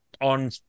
on